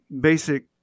basic